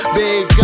big